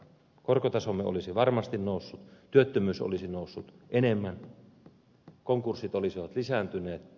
korkotasomme olisi varmasti noussut työttömyys olisi noussut enemmän konkurssit olisivat lisääntyneet